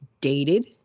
dated